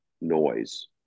noise